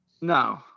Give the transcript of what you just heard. No